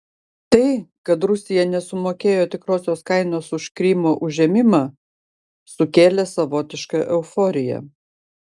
tai kad rusija nesumokėjo tikrosios kainos už krymo užėmimą sukėlė savotišką euforiją